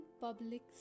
Public